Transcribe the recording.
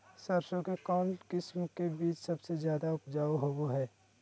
सरसों के कौन किस्म के बीच सबसे ज्यादा उपजाऊ होबो हय?